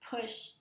push